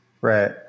Right